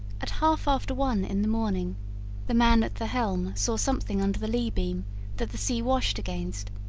at half after one in the morning the man at the helm saw something under the lee-beam that the sea washed against,